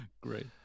Great